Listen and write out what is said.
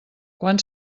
quan